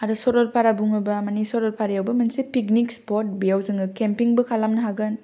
आरो सरलपारा बुङोबा मानि सरलपारायाबो मोनसे पिकनिक स्पट बेयाव जोङो केम्पिंबो खालामनो हागोन